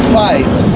fight